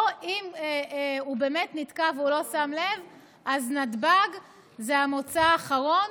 או אם הוא באמת נתקע ולא שם לב אז נתב"ג זה המוצא האחרון.